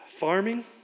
Farming